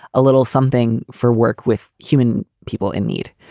a little something for work with human people in need.